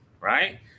right